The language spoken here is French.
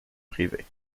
privé